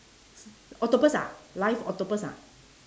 octopus ah live octopus ah